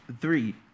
Three